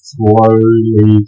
slowly